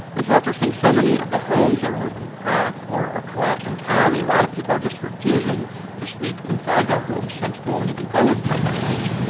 and so after seeing so many of the homes around them crack or collapse entirely, a lot of people are just refusing to sleep inside their homes. some people won't even go inside their homes.